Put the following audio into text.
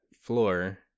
floor